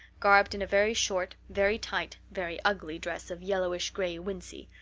garbed in a very short, very tight, very ugly dress of yellowish-gray wincey.